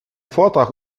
vortrag